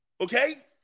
Okay